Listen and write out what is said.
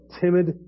timid